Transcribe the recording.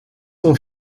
son